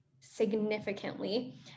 significantly